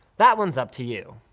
that one's up to you.